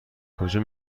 کجا